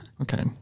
Okay